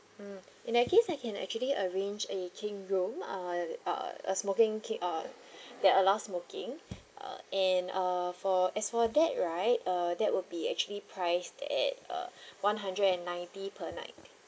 mm in that case I can actually arrange a king room uh uh a smoking can uh that allows smoking uh and uh for as for that right uh that will be actually priced at uh one hundred and ninety per night